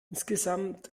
insgesamt